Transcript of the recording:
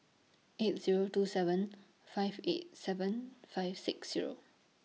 eight Zero two seven five eight seven five six Zero